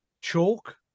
chalk